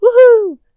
Woohoo